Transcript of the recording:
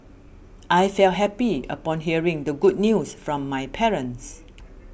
I felt happy upon hearing the good news from my parents